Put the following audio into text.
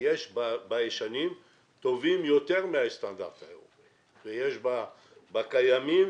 יש בישנים טובים יותר מהסטנדרט האירופי ויש בקיימים